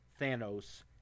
Thanos